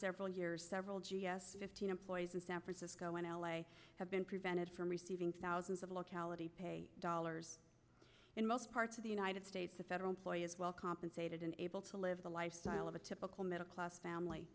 several years several g s fifteen employees in san francisco and l a have been prevented from receiving thousands of locality dollars in most parts of the united states a federal employee is well compensated and able to live the lifestyle of a typical middle class family